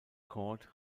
court